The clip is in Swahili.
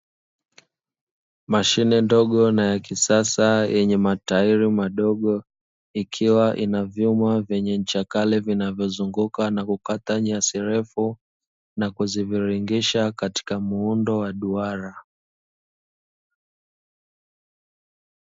Mashine ndogo na ya kisasa yenye matairi madogo ikiwa ina vyuma vyenye ncha kali vinavyozunguka na kukata nyasi refu na kuziviringisha katika muundo wa duara.